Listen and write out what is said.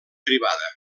privada